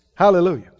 Hallelujah